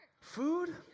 Food